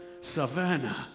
Savannah